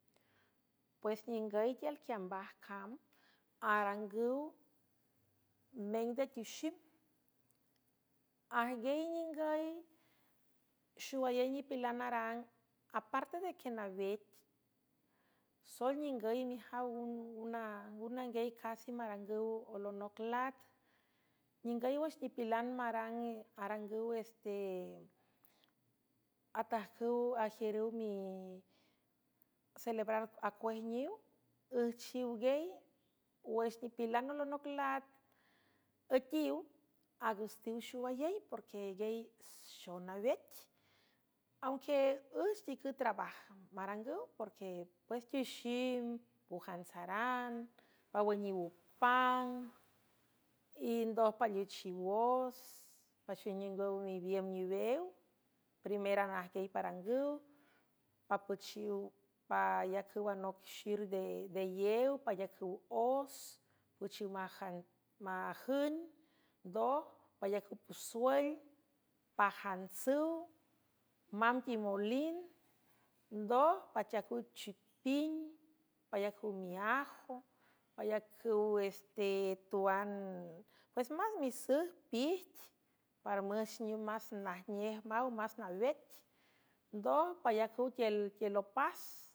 Pues ningüy tiül quiambaj cam arangüw meng de tiwxip ajguiey ningüy xowayey nipilan arang aparte de quenawec soel ningüy mijaw üw nangiey casi marangüw olonoc lat ningüy wüx nipilan rarangüw e atajcüw ajiürüw celebrar acuejniw üjchiwgey wüx nipilan alonoc lat üetiw agustiw xoayey porque guiey xonawec aunque üch nicüw trabaj marangüw porque pues tixim pujantsaran pawüniw opang y ndoj paliüchiwos pachiüwningüw miwiem niwew priméran ajgiey parangüw papüchiw payacüw anoc xir deyew payacüw os püchiw majün ndoj payacüw pusuel pajantsüw mamb timolín ndoj pachiacüw chipin payacüw miajo payacüw estetuan pues más misüj pit paramüxh niw más najnej maw más nawec ndoj payacüw tielopas